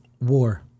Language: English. war